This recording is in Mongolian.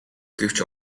гэвч